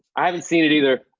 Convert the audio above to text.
i haven't seen it either.